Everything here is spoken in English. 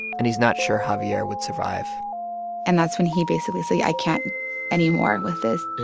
and he's not sure javier would survive and that's when he basically say, i can't anymore and with this